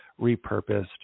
repurposed